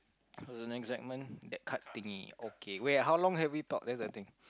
okay wait how long have we talk that's the thing